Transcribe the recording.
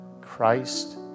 Christ